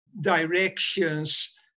directions